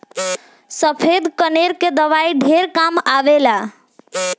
सफ़ेद कनेर के दवाई ढेरे काम आवेल